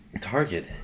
Target